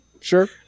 Sure